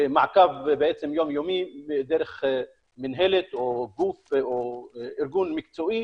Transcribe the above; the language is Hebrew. מעקב יום יומי דרך מנהלת או גוף או ארגון מקצועי